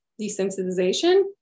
desensitization